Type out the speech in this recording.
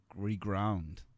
reground